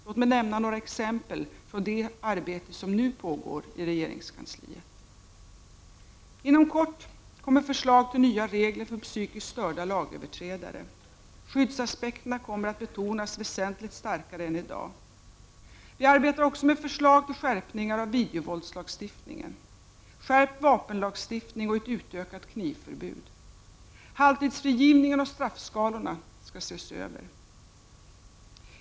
Låt mig nämna några exempel från det arbete som nu pågår inom regeringskansliet. Inom kort kommer förslag till nya regler för psykiskt störda lagöverträdare. Skyddsaspekterna kommer att betonas väsentligt starkare än i dag. Vi arbetar också med förslag till skärpningar av videovåldslagstiftningen, skärpt vapenlagstiftning och ett utökat knivförbud. Halvtidsfrigivningen och straffskalorna skall ses över.